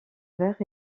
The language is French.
vert